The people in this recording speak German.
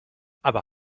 aber